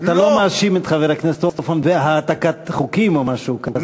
אתה לא מאשים את חבר הכנסת הופמן בהעתקת חוקים או משהו כזה?